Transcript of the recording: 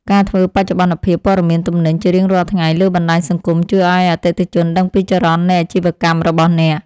ការធ្វើបច្ចុប្បន្នភាពព័ត៌មានទំនិញជារៀងរាល់ថ្ងៃលើបណ្តាញសង្គមជួយឱ្យអតិថិជនដឹងពីចរន្តនៃអាជីវកម្មរបស់អ្នក។